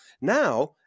Now